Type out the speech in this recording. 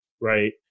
right